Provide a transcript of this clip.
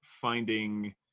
finding